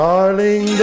Darling